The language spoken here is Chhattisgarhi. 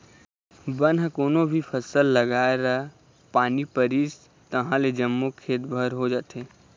बन ह कोनो भी फसल लगाए र पानी परिस तहाँले जम्मो खेत भर हो जाथे